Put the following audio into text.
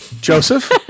Joseph